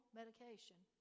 medication